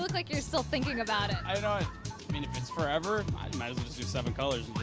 like you're still thinking about it. i don't know, i mean if it's forever? i might as well just do seven colors